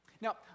Now